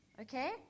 okay